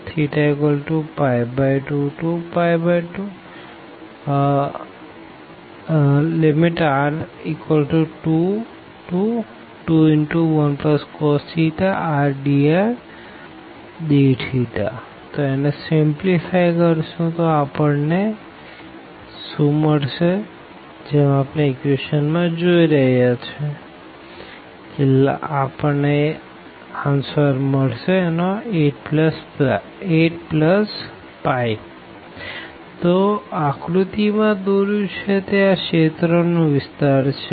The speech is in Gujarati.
θ2π2r221cos rdrdθ θ2π21241cos 2 4 dθ θ2π222cos dθ 42sin 12θsin 2θ 20π2 421224248π તો આકૃતિ માં દોર્યું છે તે આ રિજિયન નો વિસ્તાર છે